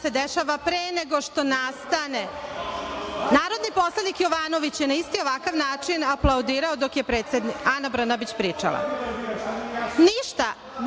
se dešava, pre nego što nastane… Narodni poslanik Jovanović je na isti ovakav način aplaudirao dok je Ana Brnabić pričala. Ništa,